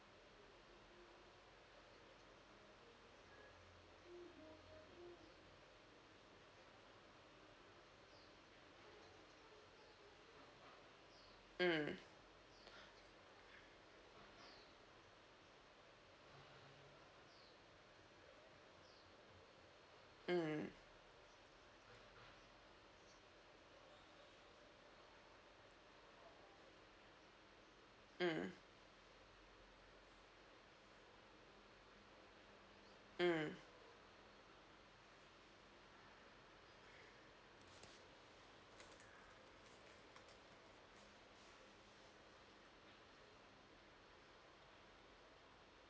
mm mm mm mm